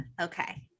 Okay